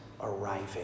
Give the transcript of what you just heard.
arriving